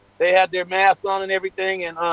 they had their masks on and everything. and